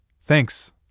Thanks